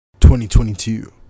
2022